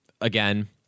again